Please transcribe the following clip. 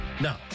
No